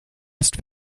ist